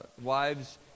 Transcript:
Wives